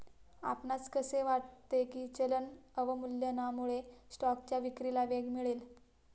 आपणास असे वाटते की चलन अवमूल्यनामुळे स्टॉकच्या विक्रीला वेग मिळेल?